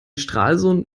stralsund